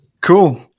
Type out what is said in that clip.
Cool